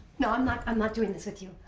no, i'm not i'm not doing this with you.